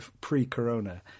pre-corona